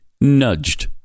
nudged